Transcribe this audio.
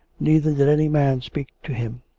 neither did any man speak to him.